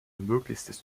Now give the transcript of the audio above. möglichstes